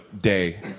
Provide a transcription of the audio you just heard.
day